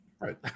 Right